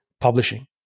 publishing